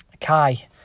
Kai